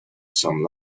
some